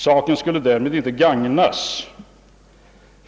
Saken skulle därmed inte gagnas.